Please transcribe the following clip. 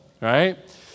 right